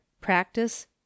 Practice